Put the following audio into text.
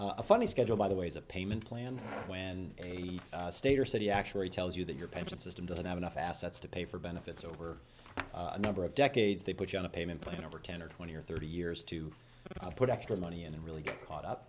a funny schedule by the way is a payment plan when a state or city actuary tells you that your pension system doesn't have enough assets to pay for benefits over a number of decades they put you on a payment plan over ten or twenty or thirty years to put extra money in and really get caught up